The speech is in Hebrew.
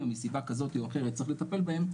אבל מסיבה כזאת או אחרת צריך לטפל בהם,